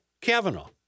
Kavanaugh